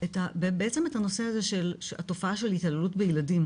בעצם את הנושא הזה של התעללות בילדים.